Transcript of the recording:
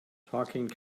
talking